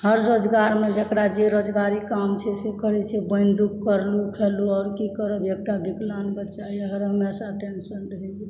हर रोजगारमे जेकरा जे रोजगारी काम छै से करै छै बनेलहुॅं करलहुॅं खायलु आर की करब एकटा विकलांग बच्चा यऽ हर हमेशा टेन्शन रहैया